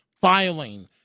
filing